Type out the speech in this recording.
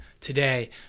today